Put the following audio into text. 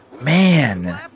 Man